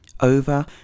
over